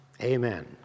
Amen